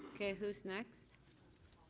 okay who's next?